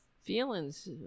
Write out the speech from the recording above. feelings